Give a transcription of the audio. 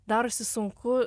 darosi sunku